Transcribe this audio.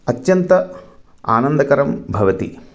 अत्यन्तम् आनन्दकरं भवति